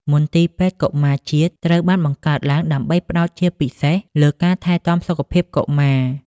មន្ទីរពេទ្យកុមារជាតិ ត្រូវបានបង្កើតឡើងដើម្បីផ្ដោតជាពិសេសលើការថែទាំសុខភាពកុមារ។